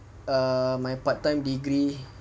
err my part-time degree